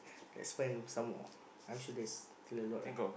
let's find some more I'm sure there's still a lot lah